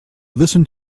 listened